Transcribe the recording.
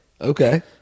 Okay